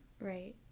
Right